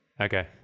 Okay